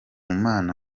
mana